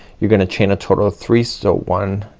you're gonna chain a total of three. so one,